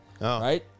right